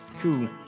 Cool